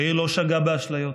יאיר לא שגה באשליות.